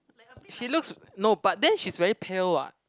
she looks no but then she's very pale what